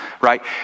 Right